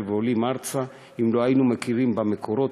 ועולים ארצה אם לא היינו מכירים במקורות,